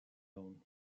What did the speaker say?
own